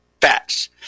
fats